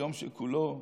ליום שכולו טוב.